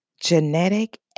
genetic